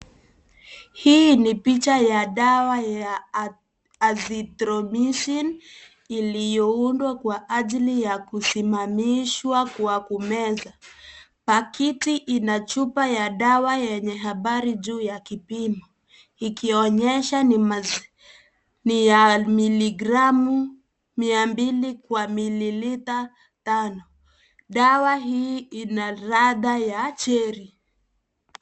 Hii ni picha ya dawa ya Azithromycin iliyoundwa kwa ajili ya kusimamishwa kwa kumeza, paketi ina chupa ya dawa yenye habari juu ya kipimo ikionyesha ni ya miligramu mia mbili kwa milita tano dawa hii ina radha ya cherry .